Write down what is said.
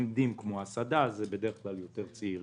כמו הסעדה זה בדרך כלל יותר צעירים.